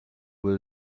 will